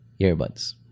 earbuds